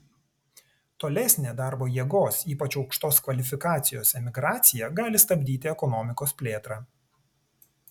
tolesnė darbo jėgos ypač aukštos kvalifikacijos emigracija gali stabdyti ekonomikos plėtrą